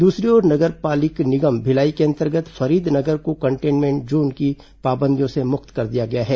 दूसरी ओर नगर पालिक निगम भिलाई के अंतर्गत फरीदनगर को कंटेन्मेंट जोन की पाबंदियों से मुक्त कर दिया गया है